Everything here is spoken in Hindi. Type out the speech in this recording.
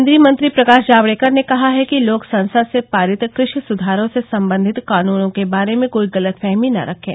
केन्द्रीय मंत्री प्रकाश जावडेकर ने कहा है कि लोग संसद से पारित कृषि सुधारों से संबंधित कानूनों के बारे में कोई गलतफहमी न रखें